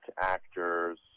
actors